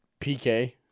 PK